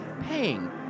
paying